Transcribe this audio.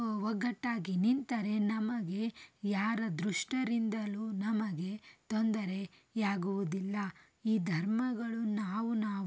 ಒಗ್ಗಟ್ಟಾಗಿ ನಿಂತರೆ ನಮಗೆ ಯಾರ ದುಷ್ಟರಿಂದಲೂ ನಮಗೆ ತೊಂದರೆಯಾಗುವುದಿಲ್ಲ ಈ ಧರ್ಮಗಳು ನಾವು ನಾವು